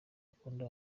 ukunda